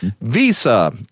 Visa